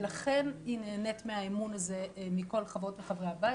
ולכן היא נהנית מהאמון הזה מכל חברות וחברי הבית,